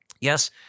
Yes